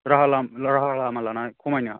राहा लामा लानानै खमायनो